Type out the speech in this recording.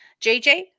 JJ